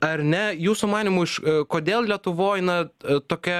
ar ne jūsų manymu iš kodėl lietuvoj na tokia